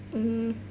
mmhmm